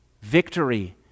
Victory